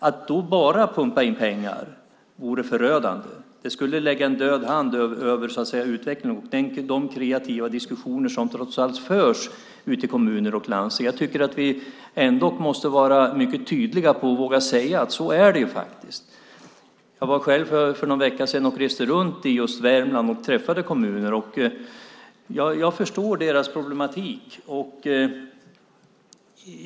Att då bara pumpa in pengar vore förödande. Det skulle lägga en död hand över utvecklingen och de kreativa diskussioner som trots allt förs ute i kommuner och landsting. Jag tycker att vi ändå måste vara tydliga och våga säga att det faktiskt är så. Jag reste runt för någon vecka sedan i Värmland och träffade kommuner. Jag förstår deras problematik.